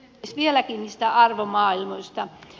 vieläkin niistä arvomaailmoista